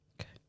Okay